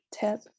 tip